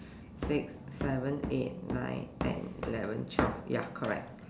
six seven eight nine ten eleven twelve ya correct